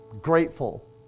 grateful